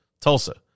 Tulsa